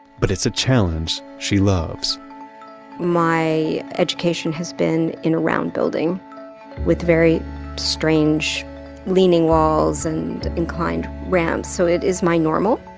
but it's a challenge she loves my education has been in a round building with very strange leaning walls and inclined ramps so it is my normal.